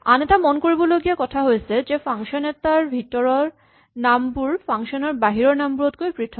আন এটা মন কৰিব লগীয়া কথা হৈছে যে ফাংচন ৰ ভিতৰৰ নামবোৰ ফাংচন ৰ বাহিৰৰ নামবোৰতকৈ পৃথক